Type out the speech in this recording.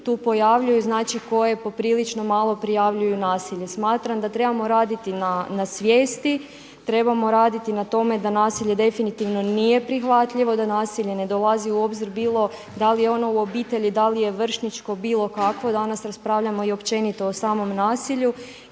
tu pojavljuju koje poprilično malo prijavljuju nasilje. Smatram da trebamo raditi na svijesti, trebamo raditi na tome da nasilje definitivno nije prihvatljivo, da nasilje ne dolazi u obzir da li je ono u obitelji, da li je vršnjačko, bilo kakvo. Danas raspravljamo općenito o samom nasilju